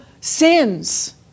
sins